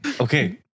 Okay